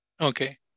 Okay